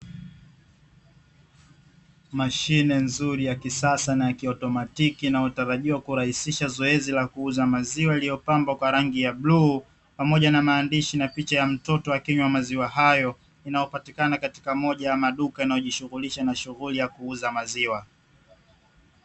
Mashine nzuri ya kisasa na ya "kiautomatiki" ina yotarajiwa kurahisisha zoezi la kuuza maziwa yaliyopambwa kwa rangi ya bluu, pamoja na maandishi na picha ya mtoto akinywa maziwa hayo, inayopatikana katika moja ya maduka inayojishughulisha na shughuli ya kuuza maziwa.